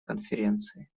конференции